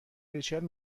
ریچل